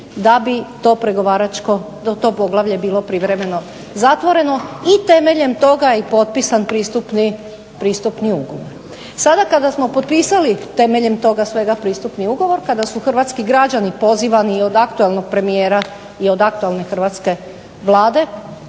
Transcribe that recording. i što treba napraviti da bi to poglavlje bilo privremeno zatvoreno. I temeljem toga je potpisan pristupni ugovor. Sada kada smo potpisali temeljem toga svega pristupni ugovor, kada su hrvatski građani pozivan od aktualnog premijera i od aktualne hrvatske Vlade